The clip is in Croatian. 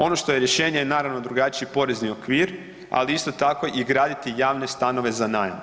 Ono što je rješenje je naravno drugačiji porezni okvir, ali isto tako i graditi javne stanove za najam.